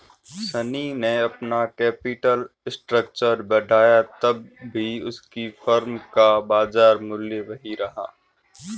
शनी ने अपना capital structure बढ़ाया तब भी उसकी फर्म का बाजार मूल्य वही रहा